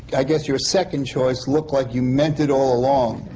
i guess, your second choice look like you meant it all along.